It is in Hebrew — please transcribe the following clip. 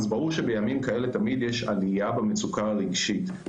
אז ברור שבימים כאלה תמיד יש עלייה במצוקה הרגשית,